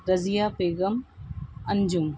Razia Begum Anjum